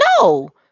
no